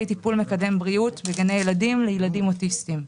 טיפול מקדם בריאות בגני ילדים לילדים אוטיסטים.